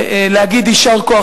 להגיד: יישר כוח,